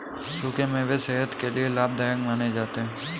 सुखे मेवे सेहत के लिये लाभदायक माने जाते है